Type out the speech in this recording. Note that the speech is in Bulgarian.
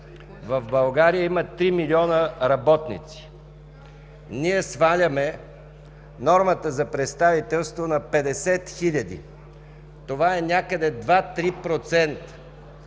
В България има три милиона работници. Ние сваляме нормата за представителство на 50 хиляди. Това е някъде два-три процента,